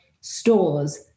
stores